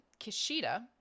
Kishida